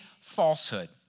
falsehood